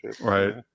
Right